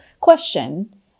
question